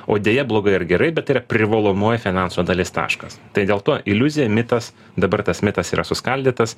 o deja blogai ar gerai bet tai yra privalomoji finanso dalis taškas tai dėl to iliuzija mitas dabar tas mitas yra suskaldytas